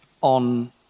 on